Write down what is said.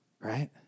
Right